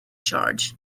charge